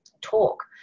talk